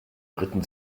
ritten